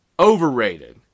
Overrated